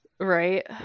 Right